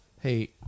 Hey